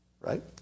right